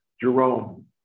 Jerome